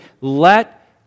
Let